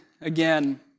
again